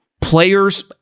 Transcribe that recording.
Players